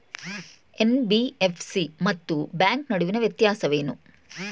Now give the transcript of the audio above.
NBFC ಮತ್ತು bank ನಡುವಿನ ವ್ಯತ್ಯಾಸವೇನು?